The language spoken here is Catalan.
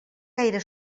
gaire